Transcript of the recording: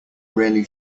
really